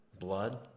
blood